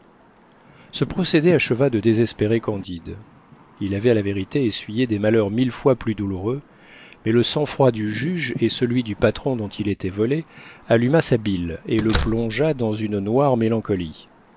ce procédé acheva de désespérer candide il avait à la vérité essuyé des malheurs mille fois plus douloureux mais le sang froid du juge et celui du patron dont il était volé alluma sa bile et le plongea dans une noire mélancolie